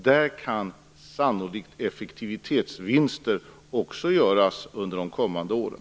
Där kan sannolikt effektivitetsvinster också göras under de kommande åren.